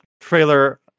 trailer